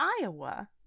Iowa